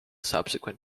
subsequent